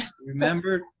Remember